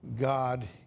God